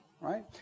Right